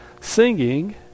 singing